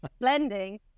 blending